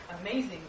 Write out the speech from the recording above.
amazing